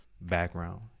background